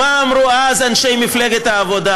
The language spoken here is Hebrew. מה אמרו אז אנשי מפלגת העבודה,